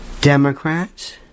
Democrats